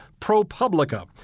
ProPublica